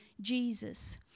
Jesus